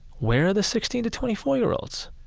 where are the sixteen to twenty four year olds?